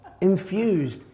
Infused